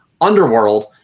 UNDERWORLD